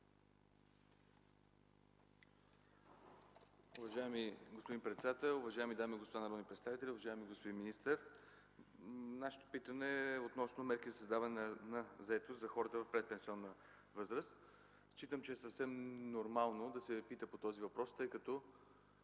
Уважаеми господин председател, уважаеми дами и господа народни представители, уважаеми господин министър! Нашето питане е относно мерките за създаване на заетост за хората в предпенсионна възраст. Считам, че е съвсем нормално да се пита по този въпрос, тъй като